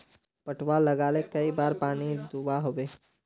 पटवा लगाले कई बार पानी दुबा होबे?